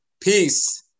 Peace